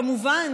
כמובן